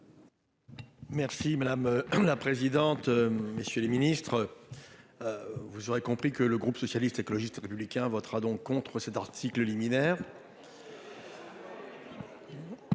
Merci madame la présidente, messieurs les ministres. Vous aurez compris que le groupe socialiste, écologiste et républicain votera donc contre cet article liminaire.